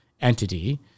entity